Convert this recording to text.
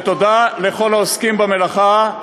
ותודה לכל העוסקים במלאכה.